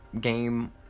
game